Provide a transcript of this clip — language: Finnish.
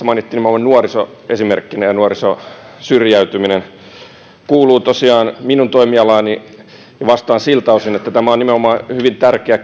mainittiin nimenomaan nuoriso esimerkkinä ja nuorisosyrjäytyminen kuuluu tosiaan minun toimialaani ja vastaan siltä osin tämä on nimenomaan hyvin tärkeä